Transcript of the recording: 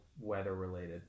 weather-related